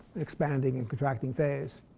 expanding and contracting phase.